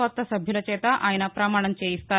కొత్త సభ్యులచేత ఆయన పమాణం చేయిస్తారు